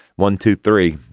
one two three.